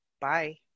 Bye